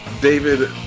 David